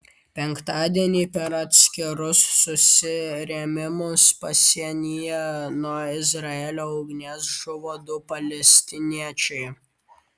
penktadienį per atskirus susirėmimus pasienyje nuo izraelio ugnies žuvo du palestiniečiai